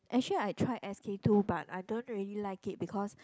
actually I tried s_k-two but I don't really like it because